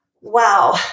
Wow